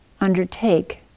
undertake